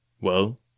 Well